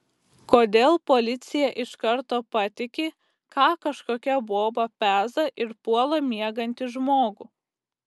kodėl policija iš karto patiki ką kažkokia boba peza ir puola miegantį žmogų